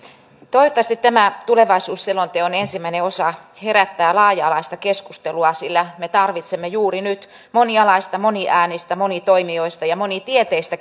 toivottavasti tämä tulevaisuusselonteon ensimmäinen osa herättää laaja alaista keskustelua sillä me tarvitsemme juuri nyt monialaista moniäänistä monitoimijaista ja monitieteistä